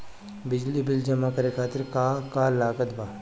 बिजली बिल जमा करे खातिर का का लागत बा?